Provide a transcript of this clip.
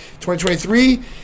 2023